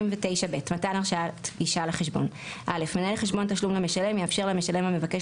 מתן הרשאת גישה לחשבון 39ב. מנהל חשבון תשלום למשלם יאפשר למשלם המבקש